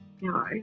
no